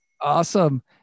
Awesome